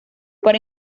para